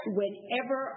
whenever